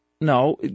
no